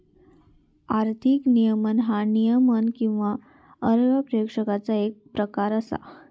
आर्थिक नियमन ह्या नियमन किंवा पर्यवेक्षणाचो येक प्रकार असा